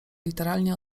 literalnie